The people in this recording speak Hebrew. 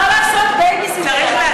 תלך לעשות בייביסיטינג.